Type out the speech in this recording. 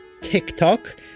TikTok